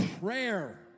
prayer